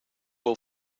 will